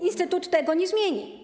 Instytut tego nie zmieni.